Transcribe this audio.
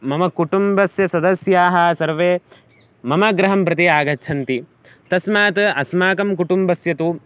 मम कुटुम्बस्य सदस्याः सर्वे मम गृहं प्रति आगच्छन्ति तस्मात् अस्माकं कुटुम्बस्य तु